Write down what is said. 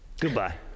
goodbye